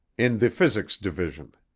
in the physics division.